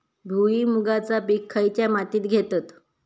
भुईमुगाचा पीक खयच्या मातीत घेतत?